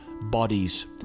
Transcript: bodies